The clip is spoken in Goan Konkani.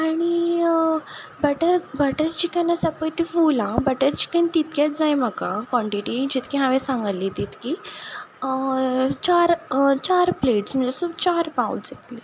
आनी बटर बटर चिकन आसा पळय तें फूल आं बटर चिकन तितकेंच जाय म्हाका कॉनटिटी जितली हांवें सांगल्ली तितकी चार चार प्लेट्स म्हळ्यार सो चार बाउल्स येतले